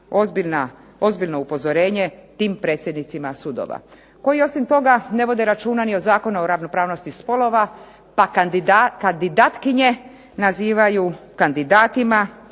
ozbiljno upozorenje tim predsjednicima sudova koji osim toga ne vode računa ni o Zakonu o ravnopravnosti spolova, pa kandidatkinje nazivaju kandidatima